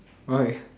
why